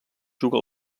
juga